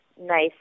nice